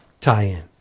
tie-in